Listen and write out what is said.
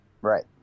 Right